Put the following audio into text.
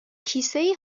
کیسهای